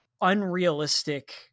unrealistic